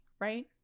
right